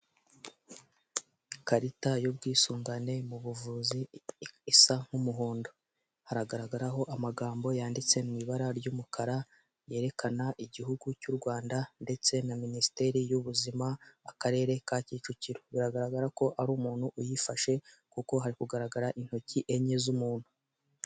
Ikarita y'ubwisungane mu buvuzi isa nk'umuhondo haragaragaraho amagambo yanditse mu ibara ry'umukara yerekana igihugu cy'u rwanda ndetse na minisiteri y'ubuzima, akarere ka kicukiro bigaragara ko ari umuntu uyifashe kuko hari kugaragara intoki enye z'umuntu.